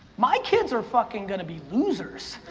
my kids are fucking going to be losers.